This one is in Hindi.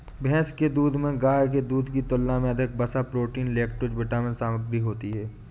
भैंस के दूध में गाय के दूध की तुलना में अधिक वसा, प्रोटीन, लैक्टोज विटामिन सामग्री होती है